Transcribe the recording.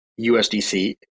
USDC